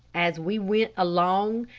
as we went along,